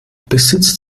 besitzt